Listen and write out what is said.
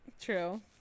True